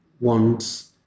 wants